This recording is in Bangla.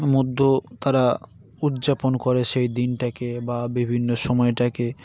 মধ্য তারা উদযাপন করে সেই দিনটাকে বা বিভিন্ন সময়টাকে